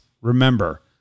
remember